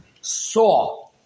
saw